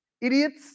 idiots